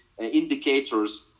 indicators